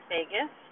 Vegas